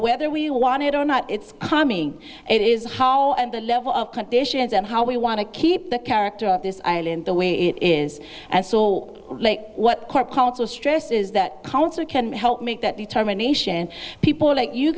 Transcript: whether we want it or not it's coming it is how and the level of conditions and how we want to keep the character of this island the way it is and soul what our council stresses that council can help make that determination people like you